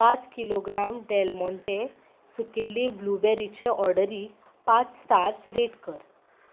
पांच किलोग्राम डॅलमाँते सुकिल्ली ब्लुबॅरीचे ऑर्डरीक पांच स्टार्स रेट कर